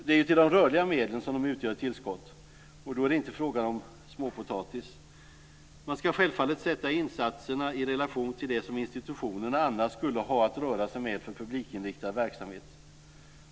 Det är ju till de rörliga medlen som de utgör ett tillskott, och då är det inte fråga om småpotatis. Man ska självfallet sätta insatserna i relation till det som institutionerna annars skulle ha att röra sig med för publikinriktad verksamhet.